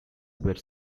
were